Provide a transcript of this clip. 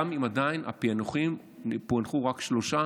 גם אם עדיין בפיענוחים פוענחו רק שלושה